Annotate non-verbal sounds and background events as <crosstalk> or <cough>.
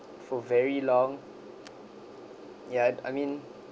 for very long ya <noise> I mean